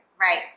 right